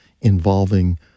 involving